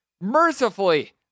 mercifully